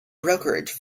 brokerage